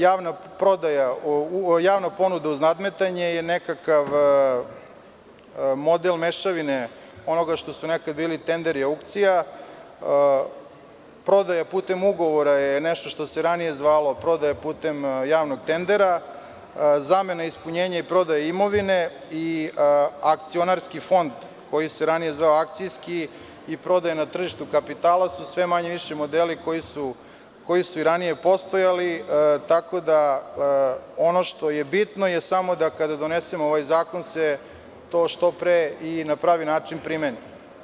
Javna ponuda uz nadmetanje je nekakav model mešavine onoga što su nekada bili tenderi aukcija, prodaja putem ugovora je nešto što se ranije zvalo prodaja putem javnog tendera, zamena ispunjenja i prodaja imovine i akcionarski fond, koji se ranije akcijski, i prodaja na tržištu kapitala su sve manje-više modeli koji su i ranije postojali, tako da ono što je bitno je samo da kada donesemo ovaj zakon se to što pre i na pravi način primeni.